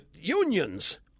unions